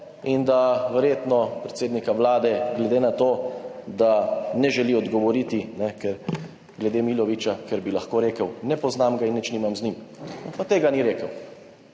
in da verjetno predsednika Vlade, glede na to, da ne želi odgovoriti glede Milovića, ker bi lahko rekel, ne poznam ga in nič nimam z njim, pa tega ni rekel.